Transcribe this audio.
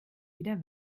wieder